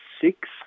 six